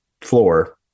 floor